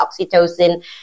oxytocin